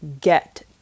get